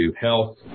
health